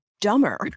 dumber